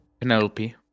Penelope